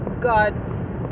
gods